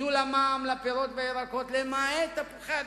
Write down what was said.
ביטול המע"מ על פירות והירקות למעט תפוחי-אדמה,